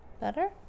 Better